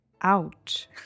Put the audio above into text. Ouch